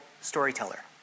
storyteller